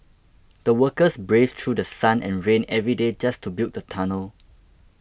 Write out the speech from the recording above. the workers braved through sun and rain every day just to build the tunnel